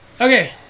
Okay